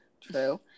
true